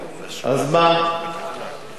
זה שני דוחות שסותרים האחד את השני.